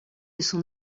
son